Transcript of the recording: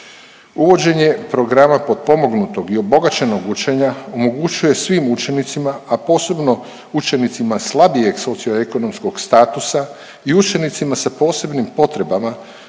Uvođenje programa potpomognutog i obogaćenog učenja omogućuje svim učenicima, a posebno učenicima slabijeg socio ekonomskog statusa i učenicima sa posebnim potrebama,